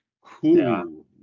cool